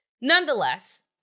Nonetheless